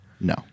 No